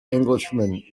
englishman